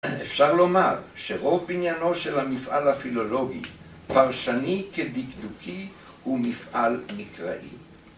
אפשר לומר שרוב בניינו של המפעל הפילולוגי, פרשני כדקדוקי, הוא מפעל מקראי.